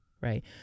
right